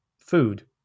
food